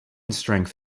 strength